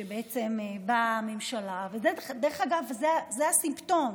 שבעצם באה הממשלה, ודרך אגב, זה הסימפטום.